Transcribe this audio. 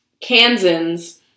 Kansans